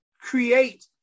create